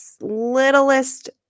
littlest